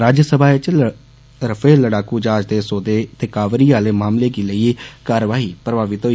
राज्यसभा च बी रफाल लड़ाकू ज्हाज दे सौदे ते कावेरी आह्ले मामलें गी लेइयै कार्रवाई प्रभावित होई